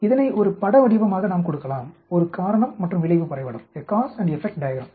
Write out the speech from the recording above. இதனை ஒரு பட வடிவமாக நாம் கொடுக்கலாம் ஒரு காரணம் மற்றும் விளைவு வரைபடம்